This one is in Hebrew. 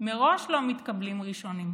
מראש לא מתקבלים ראשונים.